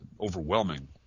overwhelming